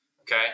Okay